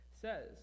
says